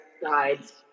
guides